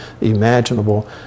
imaginable